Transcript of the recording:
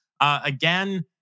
Again